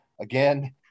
again